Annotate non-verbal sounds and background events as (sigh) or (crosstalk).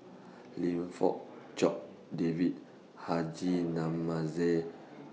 (noise) Lim Fong Jock David Haji Namazie